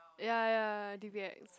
ya ya D_B_X